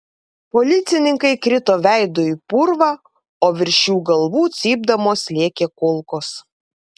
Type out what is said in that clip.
policininkai krito veidu į purvą o virš jų galvų cypdamos lėkė kulkos